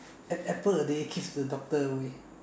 an apple a day keeps the doctor away